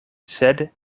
sed